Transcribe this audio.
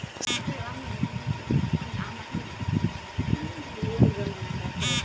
शेयरक दाम सेहो इक्विटी फंडक माध्यम सँ दर्शाओल जाइत छै